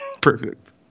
Perfect